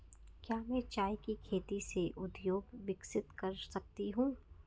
क्या मैं चाय की खेती से उद्योग विकसित कर सकती हूं?